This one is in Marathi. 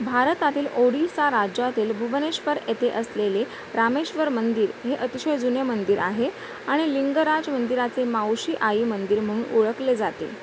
भारतातील ओडिशा राज्यातील भुवनेश्वर येथे असलेले रामेश्वर मंदिर हे अतिशय जुने मंदिर आहे आणि लिंगराज मंदिराचे मावशी आई मंदिर म्हणून ओळखले जाते